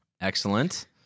Excellent